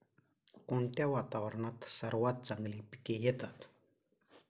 कोणत्या वातावरणात सर्वात चांगली पिके येतात?